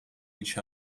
each